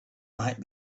might